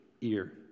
ear